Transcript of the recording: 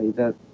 that